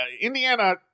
Indiana